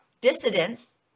dissidents